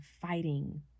fighting